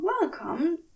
welcome